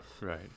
Right